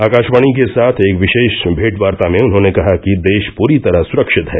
आकाशवाणी के साथ एक विशेष भेंटवार्ता में उन्होंने कहा कि देश पूरी तरह सुरक्षित है